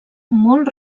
molt